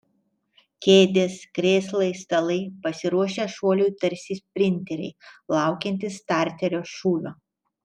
kėdės krėslai stalai pasiruošę šuoliui tarsi sprinteriai laukiantys starterio šūvio